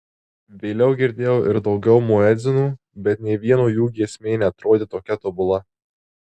vėliau girdėjau ir daugiau muedzinų bet nė vieno jų giesmė neatrodė tokia tobula